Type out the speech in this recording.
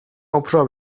اپرا